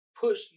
push